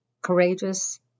courageous